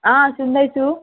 अँ सुन्दैछु